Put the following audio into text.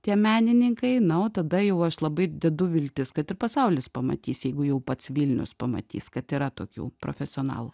tie menininkai na o tada jau aš labai dedu viltis kad ir pasaulis pamatys jeigu jau pats vilnius pamatys kad yra tokių profesionalų